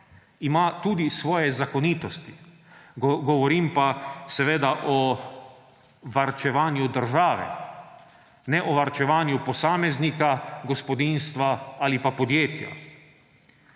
ima tudi svoje zakonitosti. Govorim pa seveda o varčevanju države, ne o varčevanju posameznika, gospodinjstva ali pa podjetja.